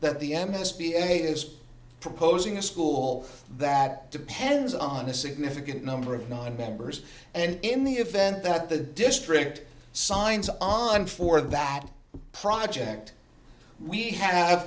that the m s b eight is proposing a school that depends on a significant number of nonmembers and in the event that the district signs on for that project we have